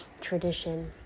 tradition